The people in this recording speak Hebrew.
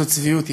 זו צביעות,